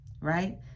right